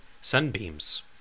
sunbeams